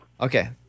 Okay